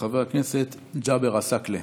חבר הכנסת ג'אבר עסאקלה.